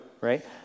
right